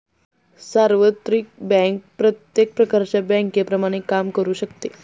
सार्वत्रिक बँक प्रत्येक प्रकारच्या बँकेप्रमाणे काम करू शकते